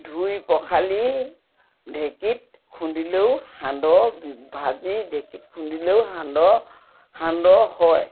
ধুই পখালি ঢেঁকীত খুন্দিলেও সান্দহ ভাজি ঢেঁকীত খুন্দিলেও সান্দহ সান্দহ হয়